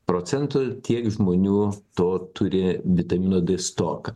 procentų tiek žmonių to turi vitamino d stoką